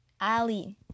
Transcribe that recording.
Ali